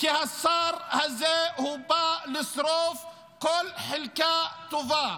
כי השר הזה בא לשרוף כל חלקה טובה.